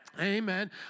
Amen